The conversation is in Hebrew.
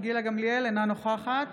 אינה נוכחת